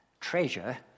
treasure